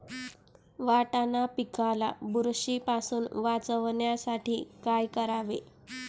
वाटाणा पिकाला बुरशीपासून वाचवण्यासाठी काय करावे?